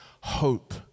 hope